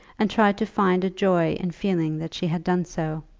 and tried to find a joy in feeling that she had done so.